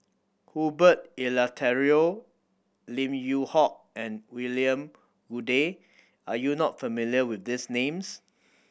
Herbert Eleuterio Lim Yew Hock and William Goode are you not familiar with these names